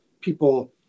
people